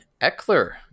Eckler